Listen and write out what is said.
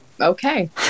okay